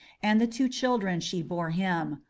and the two children she bore him,